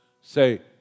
Say